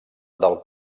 del